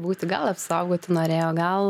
būti gal apsaugoti norėjo gal